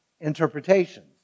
interpretations